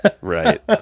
right